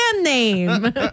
name